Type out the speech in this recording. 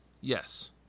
Yes